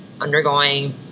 undergoing